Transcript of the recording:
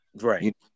Right